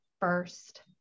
first